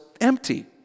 empty